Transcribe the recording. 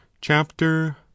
Chapter